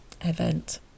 event